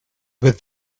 but